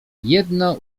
jedno